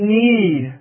need